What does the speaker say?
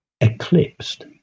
eclipsed